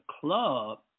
club